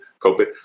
COVID